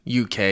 UK